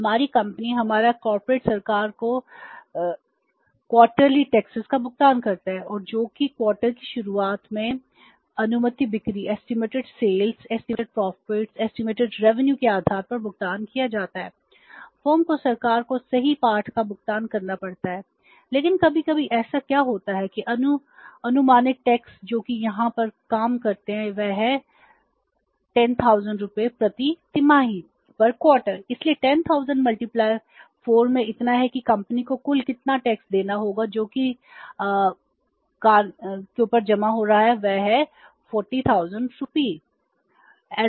हमारी कंपनी हमारा कॉरपोरेट सरकार को त्रैमासिक करों देना होगा जो कि कान के ऊपर जमा हो रहा है वह है 40000 रुपये